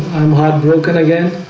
i'm heartbroken again.